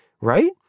right